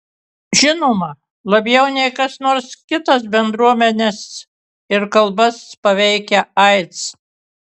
žinoma labiau nei kas nors kitas bendruomenes ir kalbas paveikia aids